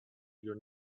your